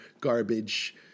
garbage